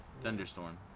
thunderstorm